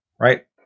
Right